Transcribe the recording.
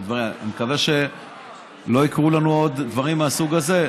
אני מקווה שלא יקרו לנו עוד דברים מהסוג הזה,